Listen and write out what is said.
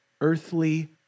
earthly